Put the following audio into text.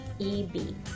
eb